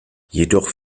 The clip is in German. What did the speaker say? jedoch